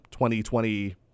2020